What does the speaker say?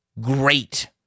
great